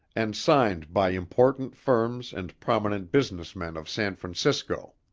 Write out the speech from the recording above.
and signed by important firms and prominent business men of san francisco